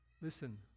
listen